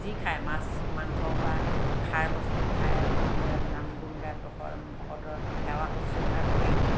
যি খায় মাছ মাংস বা খাৰ বস্তু খায় সকলোৱে নাম গুন গায় ভকতৰ সেৱা শুশ্ৰুষা কৰি